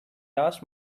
asked